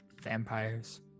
vampires